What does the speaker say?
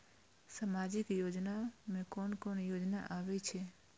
सामाजिक योजना में कोन कोन योजना आबै छै?